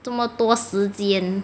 这么多时间